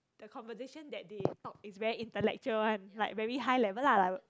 the conversation that they talk is very intellectual one like very high level lah